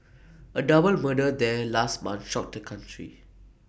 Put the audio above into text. A double murder there last month shocked the country